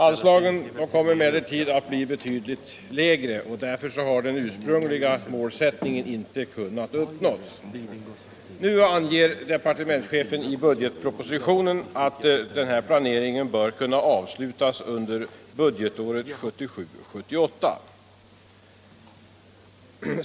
Anslagen kom emellertid att bli betydligt lägre, och därför har den ursprungliga målsättningen inte kunnat uppfyllas. Nu anger departementschefen i budgetpropositionen att denna planering bör kunna avslutas under budgetåret 1977/78.